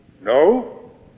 No